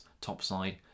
topside